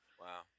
Wow